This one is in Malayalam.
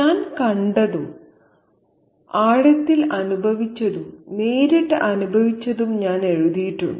ഞാൻ കണ്ടതും ആഴത്തിൽ അനുഭവിച്ചതും നേരിട്ട് അനുഭവിച്ചതും ഞാൻ എഴുതിയിട്ടുണ്ട്